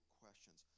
questions